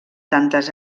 tantes